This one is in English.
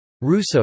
Russo